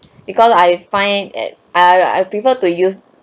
because I find at I I prefer to use